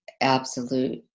absolute